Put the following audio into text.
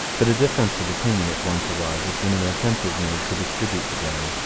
but a difference of opinion at once arises when an attempt is made to distribute the blame.